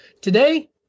Today